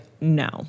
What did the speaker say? no